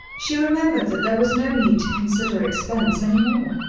she remembered that there was no need to consider expense any more.